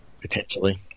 potentially